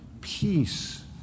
peace